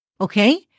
okay